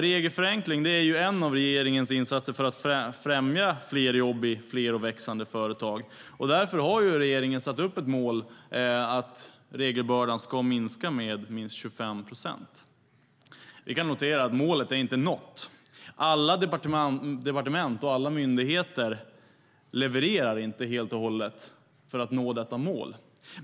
Regelförenkling är en av regeringens insatser för att främja fler jobb i fler och växande företag. Därför har regeringen som mål att regelbördan ska minska med minst 25 procent. Vi kan notera att målet inte är nått. Alla departement och myndigheter levererar inte helt och hållet.